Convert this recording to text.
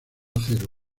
acero